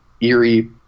eerie